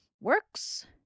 works